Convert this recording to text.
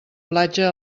platja